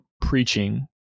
preaching